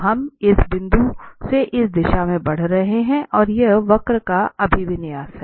तो हम इस बिंदु से इस दिशा में बढ़ रहे हैं और यह वक्र का अभिविन्यास है